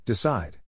Decide